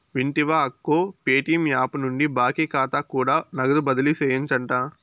వింటివా అక్కో, Paytm app నుండి బాకీ కాతా కూడా నగదు బదిలీ సేయొచ్చంట